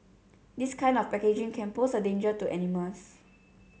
this kind of packaging can pose a danger to animals